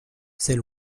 c’est